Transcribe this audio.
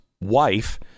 wife